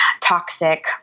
toxic